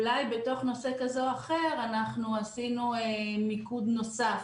אולי בתוך נושא כזה או אחר אנחנו עשינו מיקוד נוסף.